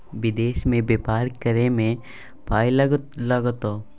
विदेश मे बेपार करय मे बड़ पाय लागतौ